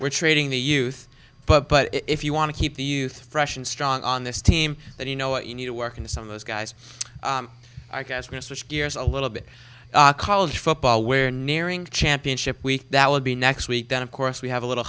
we're trading the youth but but if you want to keep the youth fresh and strong on this team that you know what you need to work in some of those guys are guys going to switch gears a little bit college football where nearing championship week that would be next week then of course we have a little